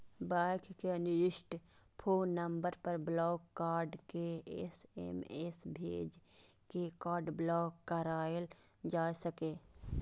bank के निर्दिष्ट phone number पर ब्लॉक कार्ड के एस.एम.एस भेज के कार्ड ब्लॉक कराएल जा सकैए